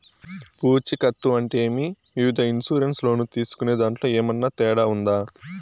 పూచికత్తు అంటే ఏమి? వివిధ ఇన్సూరెన్సు లోను తీసుకునేదాంట్లో ఏమన్నా తేడా ఉందా?